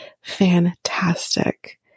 fantastic